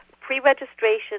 Pre-registration